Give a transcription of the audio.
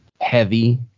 heavy